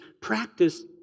practice